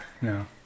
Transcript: No